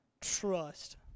trust